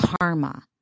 karma